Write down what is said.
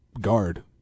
guard